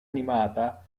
animata